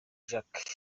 jacques